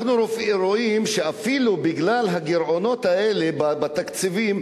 אנחנו רואים שבגלל הגירעונות האלה בתקציבים,